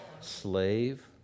slave